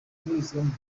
kuburizwamo